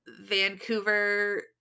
Vancouver